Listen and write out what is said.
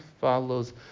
follows